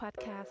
Podcast